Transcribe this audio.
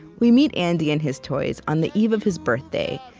we meet andy and his toys on the eve of his birthday,